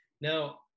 Now